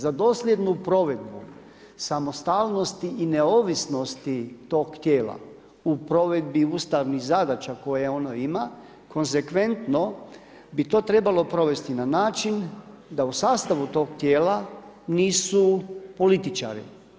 Za dosljednu provedbu, samostalnosti i neovisnosti tog tijela u provedbi ustavnih zadaća koje ono ima konsekventno bi to trebalo provesti na način da u sastavu tog tijela nisu političari.